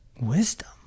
wisdom